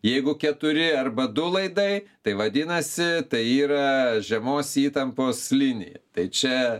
jeigu keturi arba du laidai tai vadinasi tai yra žemos įtampos linija tai čia